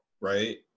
right